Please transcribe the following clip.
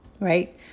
right